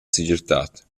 segirtad